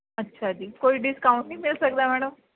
ਅੱਛਾ ਜੀ ਕੋਈ ਡਿਸਕਾਊਂਟ ਨਹੀਂ ਮਿਲ ਸਕਦਾ ਮੈਡਮ